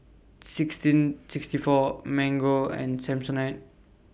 sixteen sixty four Mango and Samsonite